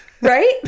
Right